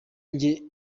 njye